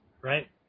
Right